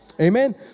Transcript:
Amen